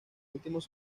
últimos